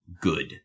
good